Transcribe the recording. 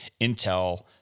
Intel